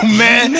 man